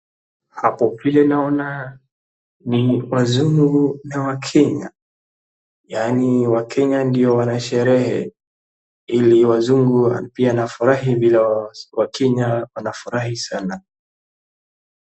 Hapo vile naona ni wazungu na wakenya yaani wakenya ndo wanasheree ili wazungu pia wanafurahi vile wakenya wanafurahi sana.